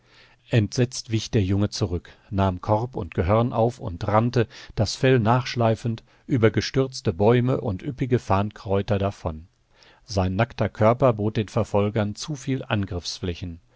entsetzt wich der junge zurück nahm korb und gehörn auf und rannte das fell nachschleifend über gestürzte bäume und üppige farnkräuter davon sein nackter körper bot den verfolgern zuviel